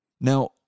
Now